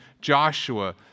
Joshua